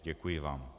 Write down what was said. Děkuji vám.